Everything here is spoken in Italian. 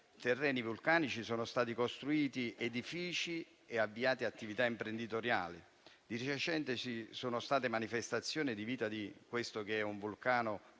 terreni vulcanici sono stati costruiti edifici e avviate attività imprenditoriali. Di recente ci sono state manifestazioni di vita di questo che è un vulcano,